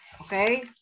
Okay